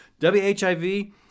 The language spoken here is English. WHIV